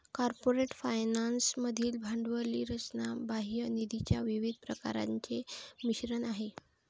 corporate finance मधील भांडवली रचना बाह्य निधीच्या विविध प्रकारांचे मिश्रण आहे